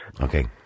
Okay